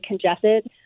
congested